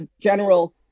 general